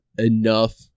enough